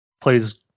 plays